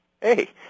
hey